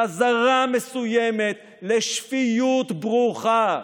חזרה מסוימת לשפיות ברוכה.